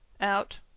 out